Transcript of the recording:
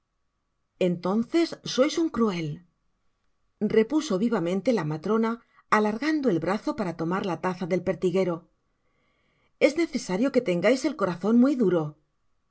entonces sois un cruel repuso vivamente la matrona alargando el brazo para tomar la taza del pertiguero es necesario que tengais el corazon muy duro